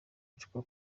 ariko